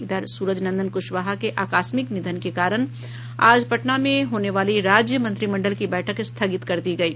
इधर सूरज नंदन कुशवाहा के आकस्मिक निधन के कारण आज पटना में होने वाली राज्य मंत्रिमंडल की बैठक स्थगित कर दी गयी